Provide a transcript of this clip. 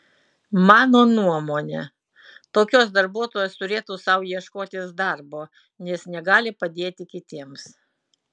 mano nuomone tokios darbuotojos turėtų sau ieškotis darbo nes negali padėti kitiems